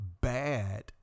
bad